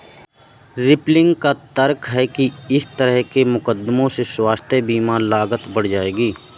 Republican का तर्क है कि इस तरह के मुकदमों से स्वास्थ्य बीमा लागत बढ़ जाएगी